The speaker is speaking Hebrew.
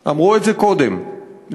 / אמרו את זה קודם לפני,